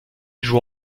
joue